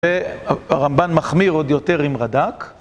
הרמב"ן מחמיר עוד יותר עם רד"ק